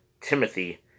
Timothy